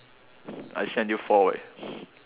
I stay until four